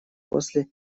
после